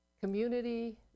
community